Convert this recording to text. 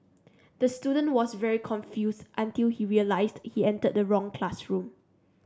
the student was very confused until he realised he entered the wrong classroom